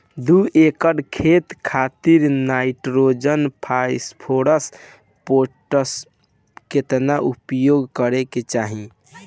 दू एकड़ खेत खातिर नाइट्रोजन फास्फोरस पोटाश केतना उपयोग करे के चाहीं?